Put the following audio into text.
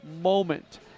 moment